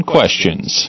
Questions